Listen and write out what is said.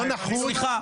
סליחה,